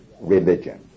religion